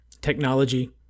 technology